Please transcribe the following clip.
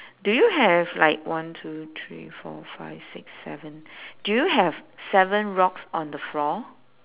do you have like one two three four five six seven do you have seven rocks on the floor